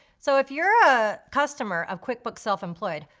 so if you're a customer of quickbook self-employed,